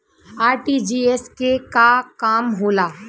RTGS के का काम होला?